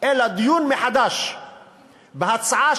אלא דיון מחדש בהצעה,